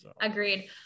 Agreed